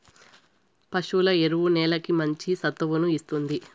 పశువుల ఎరువు నేలకి మంచి సత్తువను ఇస్తుంది